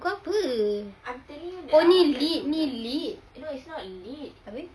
buku apa oh ni lit abeh